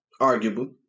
Arguable